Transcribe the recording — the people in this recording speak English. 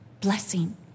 blessing